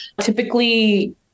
Typically